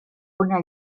una